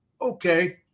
okay